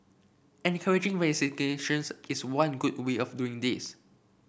encouraging vaccinations is one good way of doing this